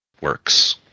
works